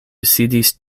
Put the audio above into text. sidis